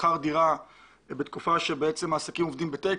שכר דירה בתקופה שבעצם העסקים עובדים בטק